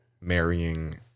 marrying